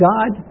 God